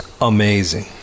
amazing